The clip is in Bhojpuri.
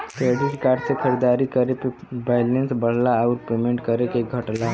क्रेडिट कार्ड से खरीदारी करे पे बैलेंस बढ़ला आउर पेमेंट करे पे घटला